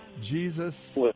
Jesus